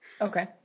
okay